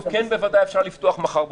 בוודאי, אפשר לפתוח מחר בבוקר.